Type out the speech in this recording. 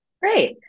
Great